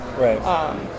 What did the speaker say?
Right